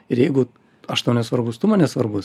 ir jeigu aš tau nesvarbus tu man nesvarbus